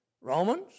Romans